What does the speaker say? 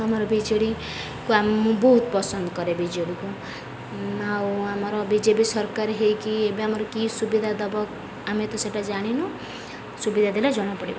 ଆମର ବିଜେଡ଼ିକୁ ମୁ ବହୁତ ପସନ୍ଦ କରେ ବିଜେଡ଼ିକୁ ଆଉ ଆମର ବିଜେପି ସରକାର ହୋଇକି ଏବେ ଆମର କି ସୁବିଧା ଦେବ ଆମେ ତ ସେଟା ଜାଣିନୁ ସୁବିଧା ଦେଲେ ଜଣାପଡ଼ିବ